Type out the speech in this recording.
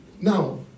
Now